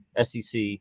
SEC